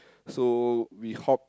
so we hopped